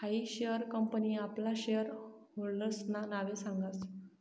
हायी share company आपला share होल्डर्सना नावे सांगस